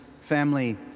family